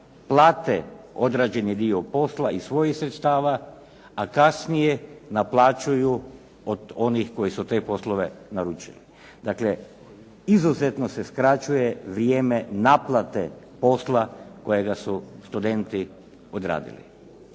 plate odrađeni dio posla iz svojih sredstava a kasnije naplaćuju od onih koji su te poslove naručili. Dakle, izuzetno se skraćuje vrijeme naplate posla kojega su studenti odradili.